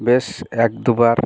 বেশ এক দুবার